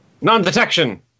Non-detection